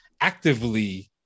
actively